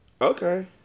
Okay